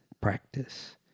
practice